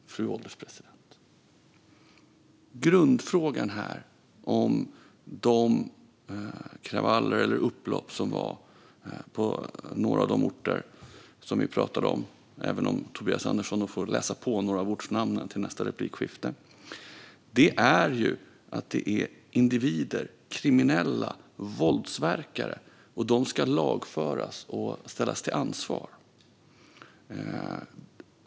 Fru ålderspresident! Grundfrågan om de kravaller eller upplopp som uppstod på några av de orter vi talar om - Tobias Andersson får nog läsa på om några av ortnamnen till nästa inlägg - är att det handlar om individer, kriminella och våldsverkare och att de ska lagföras och ställas till ansvar.